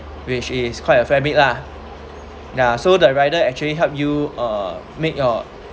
which is quite a fair bit lah ya so the rider actually help you uh make your